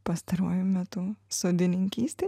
pastaruoju metu sodininkystėj